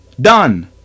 Done